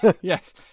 yes